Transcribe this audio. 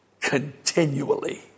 continually